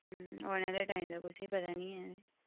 औने आह्ले टाइम दा कुसै गी पता नीं ऐ ते